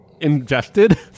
ingested